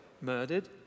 murdered